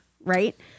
right